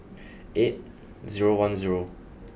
eight zero one zero